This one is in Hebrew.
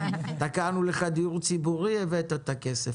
תקענו לך דיור ציבורי הבאת את הכסף.